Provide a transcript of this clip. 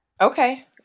Okay